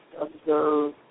observe